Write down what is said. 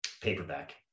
Paperback